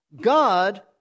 God